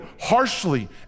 harshly